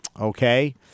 okay